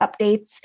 updates